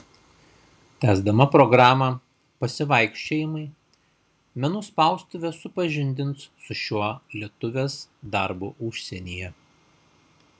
tęsdama programą pasivaikščiojimai menų spaustuvė supažindins su šiuo lietuvės darbu užsienyje